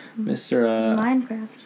Minecraft